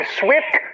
swift